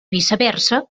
viceversa